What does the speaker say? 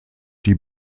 die